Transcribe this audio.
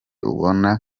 ubana